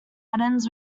patterns